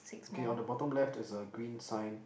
okay on the bottom left is a green sign